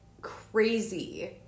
Crazy